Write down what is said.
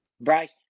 Bryce –